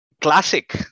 classic